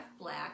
black